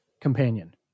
companion